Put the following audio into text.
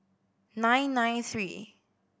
nine nine three